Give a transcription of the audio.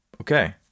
Okay